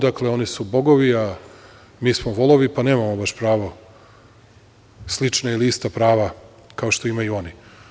Dakle, oni su bogovi, a mi smo volovi, pa nemamo baš pravo, slična ili ista prava, kao što imaju oni.